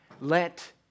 Let